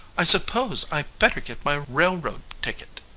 i suppose i'd better get my railroad ticket.